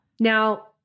Now